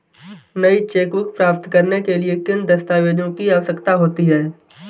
नई चेकबुक प्राप्त करने के लिए किन दस्तावेज़ों की आवश्यकता होती है?